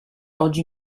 oggi